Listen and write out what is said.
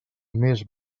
més